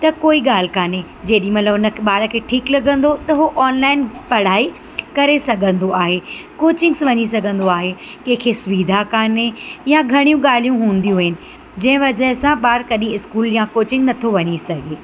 त कोई ॻाल्हि कोन्हे जेॾीमहिल उन खे ॿार खे ठीक लॻंदो त उहो ऑनलाइन पढ़ाई करे सघंदो आहे कोचिंग्स वञी सघंदो आहे कंहिंखे सुविधा न कोन्हे या घणियूं ॻाल्हियूं हूंदियूं आहिनि जंहिं वजह सां ॿार कॾहिं इस्कूल या कोचिंग नथो वञी सघे